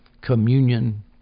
communion